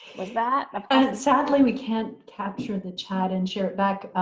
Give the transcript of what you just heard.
is that? kind of sadly, we can't capture the chat and share it back.